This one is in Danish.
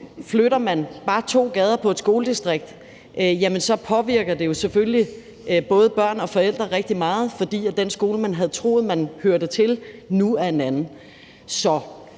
Flytter man bare på to gader i et skoledistrikt, påvirker det jo selvfølgelig både børn og forældre rigtig meget, fordi den skole, man troede man hørte til, nu er en anden,